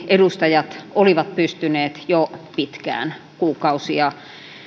edustajat olivat varmasti pystyneet jo pitkään kuukausia